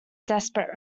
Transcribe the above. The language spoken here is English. desperate